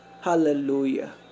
hallelujah